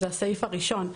זה הסעיף הראשון,